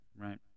right